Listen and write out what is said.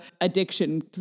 addiction